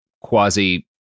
quasi